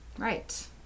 Right